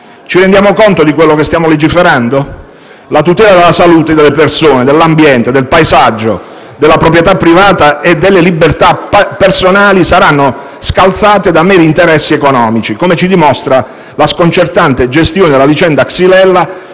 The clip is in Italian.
Ci rendiamo conto di come stiamo legiferando? La tutela della salute delle persone, dell'ambiente, del paesaggio, della proprietà privata e delle libertà personali sarà scalzata da meri interessi economici, come ci dimostra la sconcertante gestione della vicenda xylella